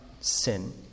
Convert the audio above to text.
sin